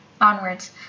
Onwards